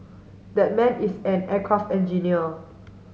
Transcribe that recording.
that man is an aircraft engineer